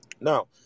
Now